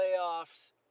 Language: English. Playoffs